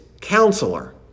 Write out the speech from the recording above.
counselor